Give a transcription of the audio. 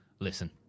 Listen